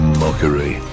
mockery